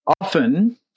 often